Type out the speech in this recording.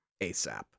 ASAP